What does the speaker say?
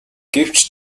гэвч